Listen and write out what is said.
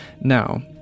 Now